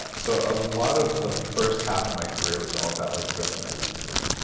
ah so a lot of the first half of my career was all about like addressing my weaknesses.